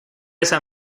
esa